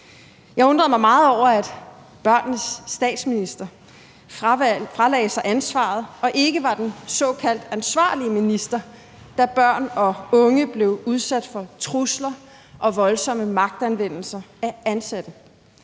Jeg undrede mig meget over, at børnenes statsminister fralagde sig ansvaret og ikke var den såkaldt ansvarlige minister, da børn og unge blev udsat for trusler og voldsomme magtanvendelser af ansatte.